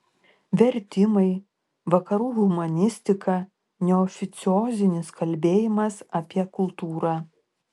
vertimai vakarų humanistika neoficiozinis kalbėjimas apie kultūrą